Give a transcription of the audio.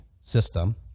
system